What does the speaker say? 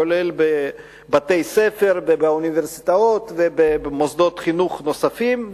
כולל בבתי-ספר ובאוניברסיטאות ובמוסדות חינוך נוספים,